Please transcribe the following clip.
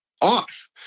off